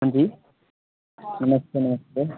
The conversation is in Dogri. हंजी नमस्ते नमस्ते